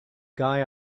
guy